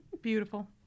Beautiful